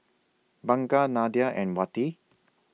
Bunga Nadia and Wati